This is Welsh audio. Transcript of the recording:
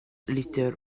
litr